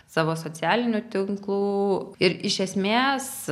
savo socialinių tinklų ir iš esmės